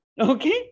Okay